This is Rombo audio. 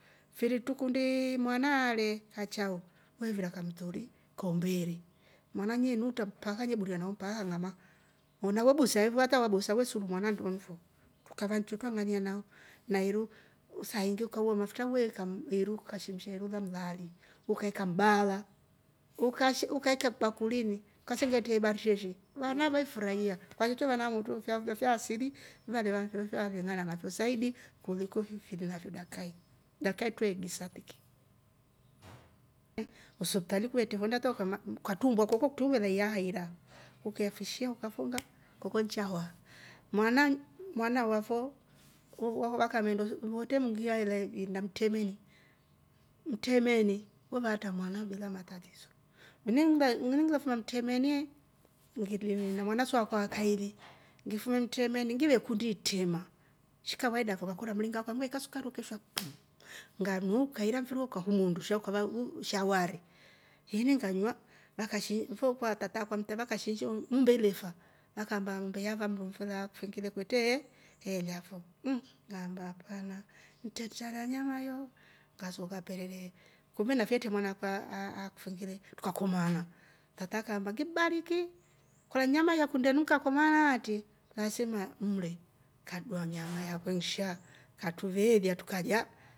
Mfiri trukundi mwanaa ale kachao we ivira kamtori kaumbeere mwana nuutra mpaka ne buria nawo mpaka ng'ama, wala we busa fo hata wa busa we suru mwana ndeuni fo trotukava nto twamanya nao na iru saaingi ukauwa mafutra we ika iru ukashemsha iru la mlaali ukaeka mbaala, ukashi- ukaikya kibakurini ukasengetria mabarisheshe wana ve furahia kwakutro vana aamotru fyao fya asili nalevafyo ale ng'ana nafe saidi kuliko fi nili nafyo dakika hii, dakikaa hii twe igisa tiki, usiptali kuvetre fo ndi hata ukama- ukatrumbua koko kutri uve iyaa ira ukeefishia ukafunga koko che waa, mwana wafo etre ivyaa inda mtremeni. mtremeni we vaatra mwana bila matatiso ini ngile fuma mtremeni ngili na mwana wakwa su wakaili ngifume mtremeni ngivekundi itrema shi kavaida fo. ukakolya mringa wakwa umeikwa sukari ukaishwa pi, ngwanywa wu ukaira mfiri wo ukahumwa undusha ukava sha wari. ininganywa vash- fo kwa tata akwa mta vakashinsha u umbe ilefa vakaamba mbee yava mndu mfele kwetre ela fo. mmmm ngaamba hapana ntre tera nyama yo ngasooka pelelee kumbe nafe atre mwana akwe akifengele tata akwa kaamba ngibariki kola nyama yi yakundeni mkakomaana aatri basii mle, kadua nyama akwe nsha katruveelya tukalya